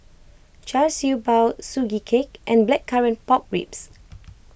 Char Siew Bao Sugee Cake and Blackcurrant Pork Ribs